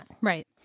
Right